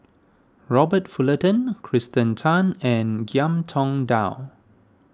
Robert Fullerton Kirsten Tan and Ngiam Tong Dow